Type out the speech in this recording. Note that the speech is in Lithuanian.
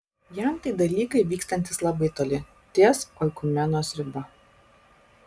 jam tai dalykai vykstantys labai toli ties oikumenos riba